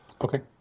Okay